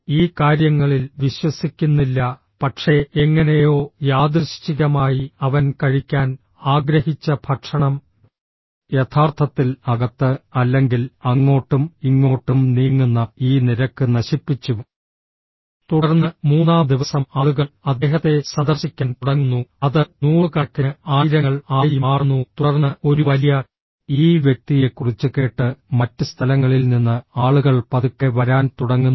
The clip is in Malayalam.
ഈ കാര്യങ്ങളിൽ വിശ്വസിക്കുന്നില്ല പക്ഷേ എങ്ങനെയോ യാദൃശ്ചികമായി അവൻ കഴിക്കാൻ ആഗ്രഹിച്ച ഭക്ഷണം യഥാർത്ഥത്തിൽ അകത്ത് അല്ലെങ്കിൽ അങ്ങോട്ടും ഇങ്ങോട്ടും നീങ്ങുന്ന ഈ നിരക്ക് നശിപ്പിച്ചു തുടർന്ന് മൂന്നാം ദിവസം ആളുകൾ അദ്ദേഹത്തെ സന്ദർശിക്കാൻ തുടങ്ങുന്നു അത് നൂറുകണക്കിന് ആയിരങ്ങൾ ആയി മാറുന്നു തുടർന്ന് ഒരു വലിയ ഈ വ്യക്തിയെക്കുറിച്ച് കേട്ട് മറ്റ് സ്ഥലങ്ങളിൽ നിന്ന് ആളുകൾ പതുക്കെ വരാൻ തുടങ്ങുന്നു